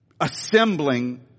assembling